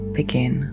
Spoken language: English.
begin